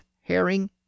herring